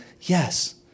Yes